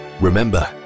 Remember